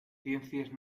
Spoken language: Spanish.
ciencias